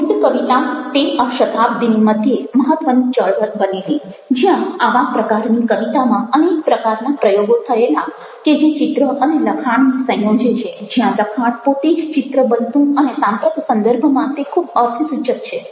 મૂર્ત કવિતા તે આ શતાબ્દીની મધ્યે મહત્ત્વની ચળવળ બનેલી જ્યાં આવા પ્રકારની કવિતામાં અનેક પ્રકારના પ્રયોગો થયેલા કે જે ચિત્ર અને લખાણને સંયોજે છે જ્યાં લખાણ પોતે જ ચિત્ર બનતું અને સાંપ્રત સંદેર્ભમાં તે ખૂબ અર્થસૂચક છે